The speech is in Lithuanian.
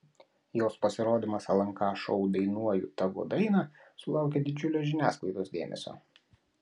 jos pasirodymas lnk šou dainuoju tavo dainą sulaukė didžiulio žiniasklaidos dėmesio